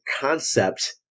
concept